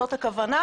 זאת הכוונה.